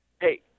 Hey